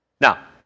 Now